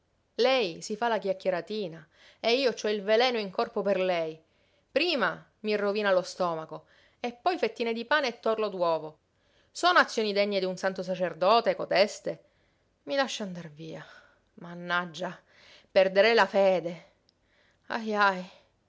lei si fa la chiacchieratina e io ci ho il veleno in corpo per lei prima mi rovina lo stomaco e poi fettine di pane e torlo d'uovo sono azioni degne d'un santo sacerdote codeste i lasci andar via mannaggia perderei la fede ahi